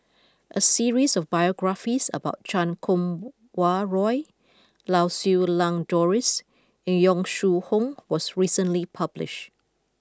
a series of biographies about Chan Kum Wah Roy Lau Siew Lang Doris and Yong Shu Hoong was recently published